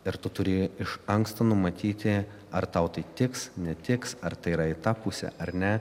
ir tu turi iš anksto numatyti ar tau tai tiks netiks ar tai yra į tą pusę ar ne